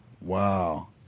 Wow